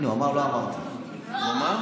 אם לא אמרת אז לא אמרת, אדוני.